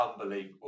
unbelievable